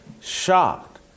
shocked